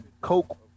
Coke